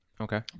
Okay